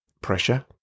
Pressure